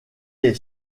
est